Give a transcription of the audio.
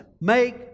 Make